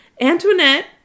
Antoinette